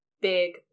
big